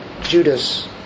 Judas